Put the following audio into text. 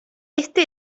este